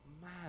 man